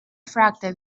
fragte